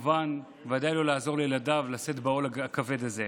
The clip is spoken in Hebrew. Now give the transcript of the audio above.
ודאי לא לעזור לילדיו לשאת בעול הכבד הזה.